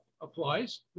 applies